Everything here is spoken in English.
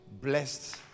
blessed